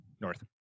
North